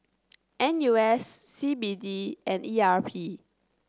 N U S C B D and E R P